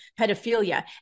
pedophilia